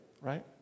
right